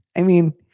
i mean,